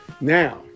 Now